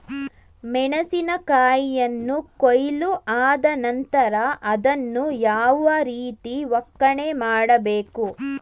ಮೆಣಸಿನ ಕಾಯಿಯನ್ನು ಕೊಯ್ಲು ಆದ ನಂತರ ಅದನ್ನು ಯಾವ ರೀತಿ ಒಕ್ಕಣೆ ಮಾಡಬೇಕು?